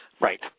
Right